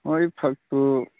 ꯍꯣꯏ ꯐꯛꯇꯨ